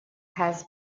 has